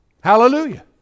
Hallelujah